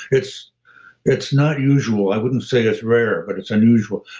it's it's not usual. i wouldn't say it's rare, but it's unusual.